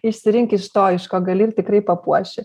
išsirink iš to iš ko gali ir tikrai papuoši